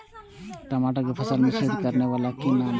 टमाटर के फल में छेद करै वाला के कि नाम छै?